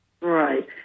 Right